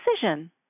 decision